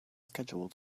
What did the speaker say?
schedule